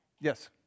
Yes